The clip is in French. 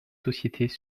sociétés